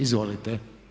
Izvolite.